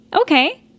Okay